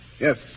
Yes